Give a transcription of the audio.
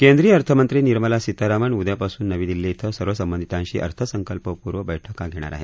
केंद्रीय अर्थमंत्री निर्मला सीतारामन उद्यापासून नवी दिल्ली इथं सर्वसंबंधितांशी अर्थसंकल्पपूर्व बैठका घेणार आहे